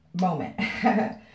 moment